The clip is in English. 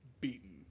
beaten